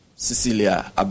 Cecilia